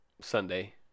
Sunday